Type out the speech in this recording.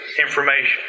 information